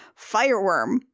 fireworm